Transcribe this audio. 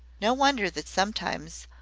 no wonder that sometimes,